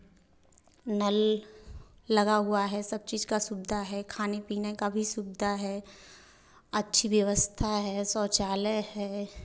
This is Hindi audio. नल लगा हुआ है सब चीज़ का सुविधा है खाने पीने का भी सुविधा है अच्छी व्यवस्था है शौचालय है